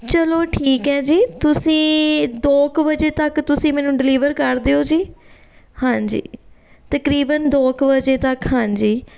ਚਲੋ ਠੀਕ ਹੈ ਜੀ ਤੁਸੀਂ ਦੋ ਕੁ ਵਜੇ ਤੱਕ ਤੁਸੀਂ ਮੈਨੂੰ ਡਿਲੀਵਰ ਕਰ ਦਿਓ ਜੀ ਹਾਂਜੀ ਤਕਰੀਬਨ ਦੋ ਕੁ ਵਜੇ ਤੱਕ ਹਾਂਜੀ